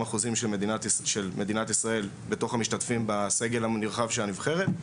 אחוזים של מדינת ישראל בתוך המשתתפים בסגל הנרחב של הנבחרת,